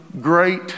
great